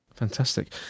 Fantastic